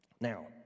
Now